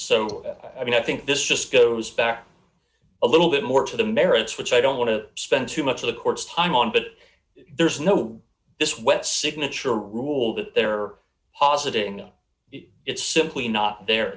so i mean i think this just goes back a little bit more to the merits which i don't want to spend too much of the court's time on but there's no way this web signature rule that there are positive it's simply not the